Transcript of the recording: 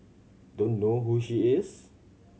don't know who she is